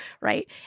right